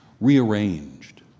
rearranged